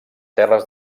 terres